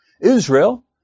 Israel